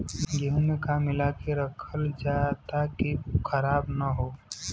गेहूँ में का मिलाके रखल जाता कि उ खराब न हो?